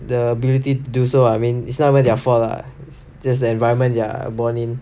the ability to do so I mean it's not their fault lah it's just the environment they're born in